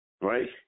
Right